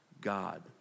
god